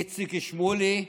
איציק שמולי,